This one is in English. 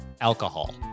alcohol